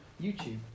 YouTube